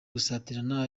gusatirana